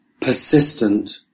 persistent